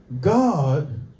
God